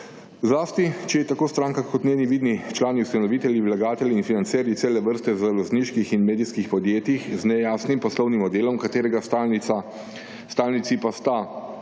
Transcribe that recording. Zlasti, če je tako stranka kot njeni vidni člani, ustanovitelji, vlagatelji in financerji cele vrste založniških in medijskih podjetjih z nejasnim poslovnim modelom katerega stalnici pa sta